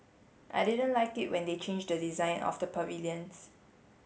I didn't like it when they changed the design of the pavilions